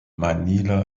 manila